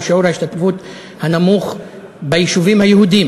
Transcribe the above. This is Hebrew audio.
שיעור ההשתתפות הנמוך ביישובים היהודיים,